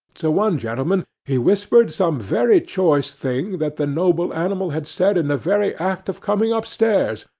to one gentleman he whispered some very choice thing that the noble animal had said in the very act of coming up stairs,